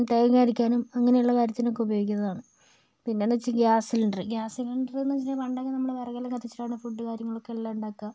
തേങ്ങ അരക്കാനും അങ്ങനെയുള്ള കാര്യത്തിനൊക്കെ ഉപയോഗിക്കുന്നതാണ് പിന്നെയെന്നുവെച്ചാൽ ഗ്യാസ് സിലിണ്ടർ ഗ്യാസ് സിലിണ്ടറെന്ന് വെച്ചുകഴിഞ്ഞാൽ പണ്ടൊക്കെ നമ്മൾ വിറകെല്ലാം കത്തിച്ചാണ് ഫുഡ് കാര്യങ്ങളൊക്കെ എല്ലാം ഉണ്ടാക്കുക